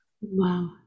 wow